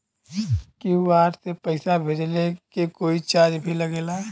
QR से पैसा भेजला के कोई चार्ज भी लागेला?